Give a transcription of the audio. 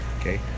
okay